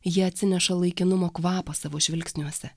jie atsineša laikinumo kvapą savo žvilgsniuose